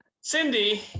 Cindy